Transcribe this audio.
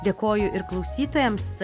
dėkoju ir klausytojams